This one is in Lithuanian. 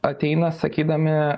ateina sakydami